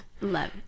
love